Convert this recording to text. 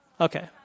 Okay